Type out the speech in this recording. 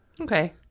Okay